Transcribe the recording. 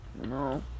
No